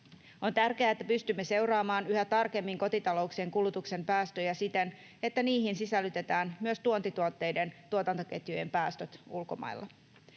On tärkeää, että pystymme seuraamaan yhä tarkemmin kotitalouksien kulutuksen päästöjä siten, että niihin sisällytetään myös tuontituotteiden tuotantoketjujen päästöt ulkomailla.